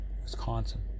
Wisconsin